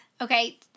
okay